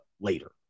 later